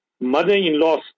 mother-in-laws